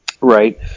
Right